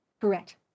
Correct